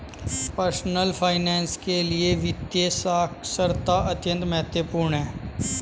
personal finance के लिए वित्तीय साक्षरता अत्यंत महत्वपूर्ण है